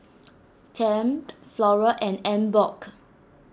Tempt Flora and Emborg